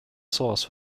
source